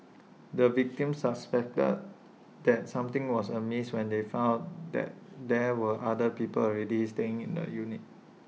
the victims suspected that something was amiss when they found that there were other people already staying in the unit